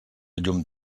llum